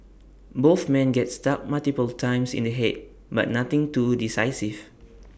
both man get struck multiple times in the Head but nothing too decisive